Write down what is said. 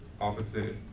opposite